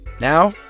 Now